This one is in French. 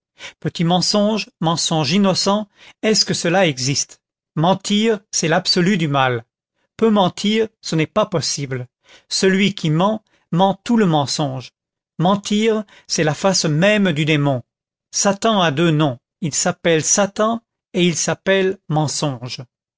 petit mensonge mensonge innocent est-ce que cela existe mentir c'est l'absolu du mal peu mentir n'est pas possible celui qui ment ment tout le mensonge mentir c'est la face même du démon satan a deux noms il s'appelle satan et il s'appelle mensonge